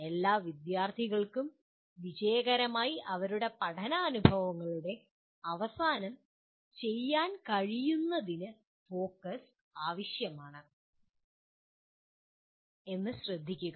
എല്ലാ വിദ്യാർത്ഥികൾക്കും വിജയകരമായി അവരുടെ പഠനാനുഭവങ്ങളുടെ അവസാനം ചെയ്യാൻ കഴിയുന്നതിന് ഫോക്കസ് അത്യാവശ്യമാണെന്ന് ശ്രദ്ധിക്കുക